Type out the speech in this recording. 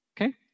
Okay